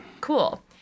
Cool